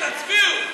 תצביעו.